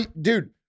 dude